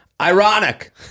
Ironic